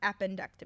appendectomy